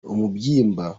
umubyimba